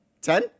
Ten